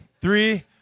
Three